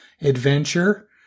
adventure